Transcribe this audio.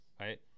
right